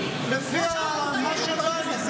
לפי מה שבא לי.